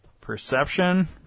Perception